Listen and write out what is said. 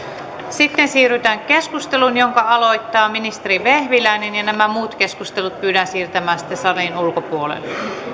sitten siirrytään keskusteluun jonka aloittaa ministeri vehviläinen ja nämä muut keskustelut pyydän siirtämään sitten salin ulkopuolelle